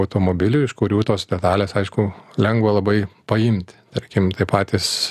automobilių iš kurių tos detalės aišku lengva labai paimti tarkim tie patys